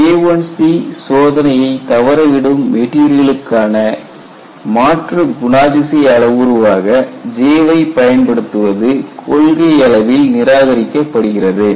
K1C சோதனையைத் தவறவிடும் மெட்டீரியலுக்கான மாற்று குணாதிசய அளவுருவாக J வை பயன்படுத்துவது கொள்கையளவில் நிராகரிக்கப்படுகிறது